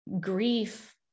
grief